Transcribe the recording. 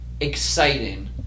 exciting